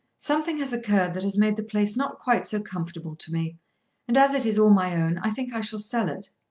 something has occurred that has made the place not quite so comfortable to me and as it is all my own i think i shall sell it.